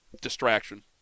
Distraction